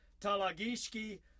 Talagishki